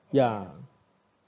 ya